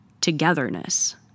togetherness